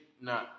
No